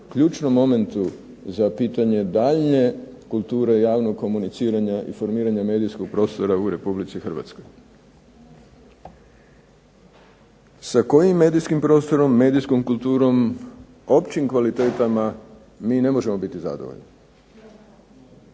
ključnom momentu za pitanje daljnje kulture javnog komuniciranja i formiranja medijskog prostora u Republici Hrvatskoj. Sa kojim medijskim prostorom, medijskom kulturom, općim kvalitetama mi ne možemo biti zadovoljni?